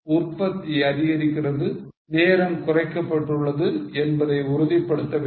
உற்பத்தி அதிகரிக்கிறது நேரம் குறைக்கப்பட்டுள்ளது என்பதை உறுதிப்படுத்த வேண்டும்